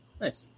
Nice